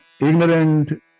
Ignorant